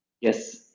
Yes